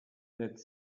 that